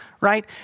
right